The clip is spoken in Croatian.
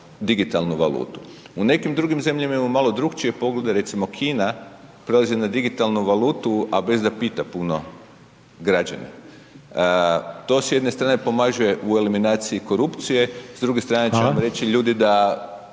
U nekim drugim zemljama imamo malo drugačije poglede. Recimo Kina prelazi na digitalnu valutu, a bez da pita puno građane. To s jedne strane pomaže u eliminaciji korupcije, s druge strane će vam reći ljudi